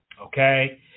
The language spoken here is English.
okay